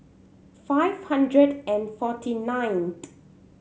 five hundred and forty night